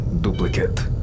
Duplicate